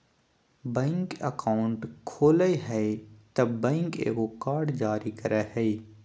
bank account खोलय हइ तब बैंक एगो कार्ड जारी करय हइ